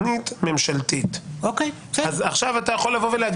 לא כולם באותו טס כי